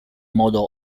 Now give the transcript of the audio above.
modo